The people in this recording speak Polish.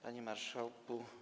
Panie Marszałku!